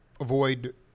avoid